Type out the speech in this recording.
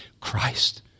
Christ